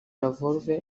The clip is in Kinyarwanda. lavrov